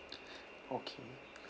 okay